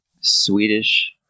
Swedish